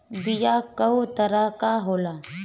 बीया कव तरह क होला?